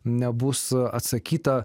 nebus atsakyta